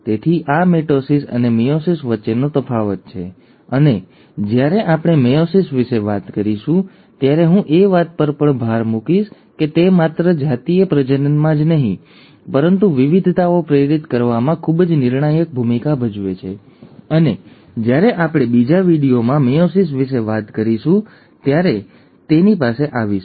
તેથી આ મિટોસિસ અને મેયોસિસ વચ્ચેનો તફાવત છે અને જ્યારે આપણે મેયોસિસ વિશે વાત કરીશું ત્યારે હું એ વાત પર પણ ભાર મૂકીશ કે તે માત્ર જાતીય પ્રજનનમાં જ નહીં પરંતુ વિવિધતાઓ પ્રેરિત કરવામાં ખૂબ જ નિર્ણાયક ભૂમિકા ભજવે છે અને જ્યારે આપણે બીજા વિડિઓમાં મેયોસિસ વિશે વાત કરીશું ત્યારે અમે તેની પાસે આવીશું